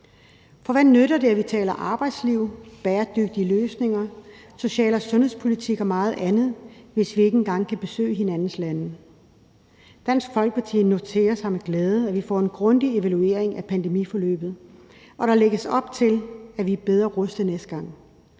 For hvad nytter det, at vi taler arbejdsliv, bæredygtige løsninger, social- og sundhedspolitik og meget andet, hvis vi ikke engang kan besøge hinandens lande? Dansk Folkeparti noterer sig med glæde, at vi får en grundig evaluering af pandemiforløbet, og at der lægges op til, at vi er bedre rustet næste gang.